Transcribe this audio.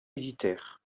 militaires